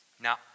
Now